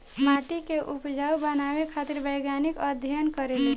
माटी के उपजाऊ बनावे खातिर वैज्ञानिक अध्ययन करेले